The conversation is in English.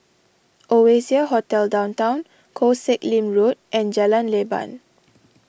Oasia Hotel Downtown Koh Sek Lim Road and Jalan Leban